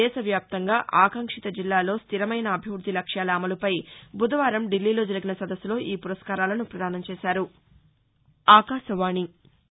దేశవ్యాప్తంగా ఆకాంక్షిత జిల్లాల్లో స్థిరమైన అభివృద్ధి లక్ష్యాల అమలుపై బుధవారం ఢిల్లీలో జరిగిన సదస్సులో ఈపురస్కారాలను పదానం చేశారు